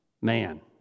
man